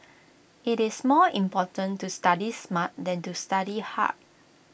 IT is more important to study smart than to study hard